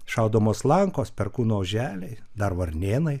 šaudomos slankos perkūno oželiai dar varnėnai